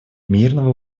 мирного